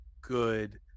good